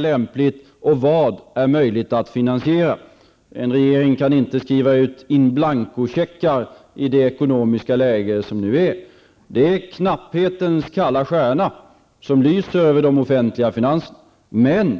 lämpligt och möjligt att finansiera. En regering kan inte skriva ut in blanko-checkar i det ekonomiska läge som nu är. Det är knapphetens kalla stjärna som lyser över de offentliga finanserna.